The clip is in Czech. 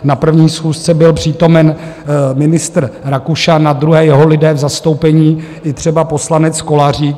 Na první schůzce byl přítomen ministr Rakušan, na druhé jeho lidé v zastoupení, i třeba poslanec Kolařík.